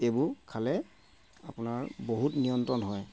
এইবোৰ খালে আপোনাৰ বহুত নিয়ন্ত্ৰণ হয়